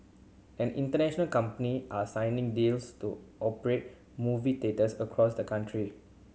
and international company are signing deals to operate movie theatres across the country